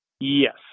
Yes